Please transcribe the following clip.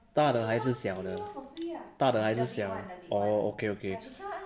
大的还是小的大的还是小的 oh okay okay